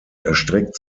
erstreckt